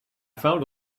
found